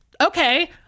okay